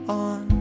on